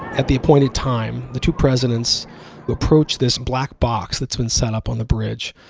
at the appointed time, the two presidents approached this black box that's been set up on the bridge,